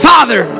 Father